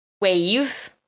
wave